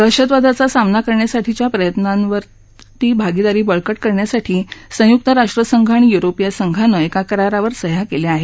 दहशतवादाचा सामना करण्यासाठीच्या प्रयत्नांवरती भागिदारी बळकट करण्यासाठी संयुक्त राष्ट्रसंघ आणि युरोपीय संघानं एका करारावर सह्या केल्या आहेत